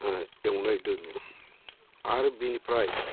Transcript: एवनाय दोङो आरो बिनिफ्राय